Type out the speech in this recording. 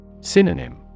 Synonym